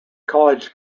college